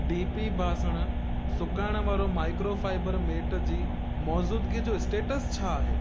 D पी बासण सुकाइण वारो माइक्रो फाइबर मे जी मौजूदगीअ जो स्टेटस छा आहे